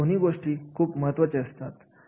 या दोन्ही गोष्टी खूप महत्त्वाचे असतात